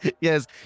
Yes